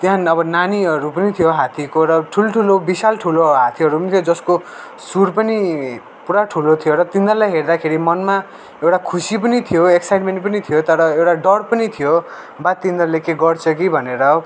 त्यहाँ अब नानीहरू पनि थियो हात्तीको र ठुल्ठुलो विशाल ठुलो हात्तीहरू पनि थियो जसको सुँड पनि पुरा ठुलो थियो र तिनीहरूलाई हेर्दाखेरि मनमा एउटा खुसी पनि थियो एक्साइटमेन्ट पनि थियो तर एउटा डर पनि थियो बा तिनीहरूले के गर्छ कि भनेर